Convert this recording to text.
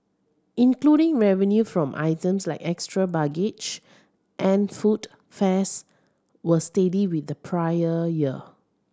including revenue from items like extra baggage and food fares were steady with the prior year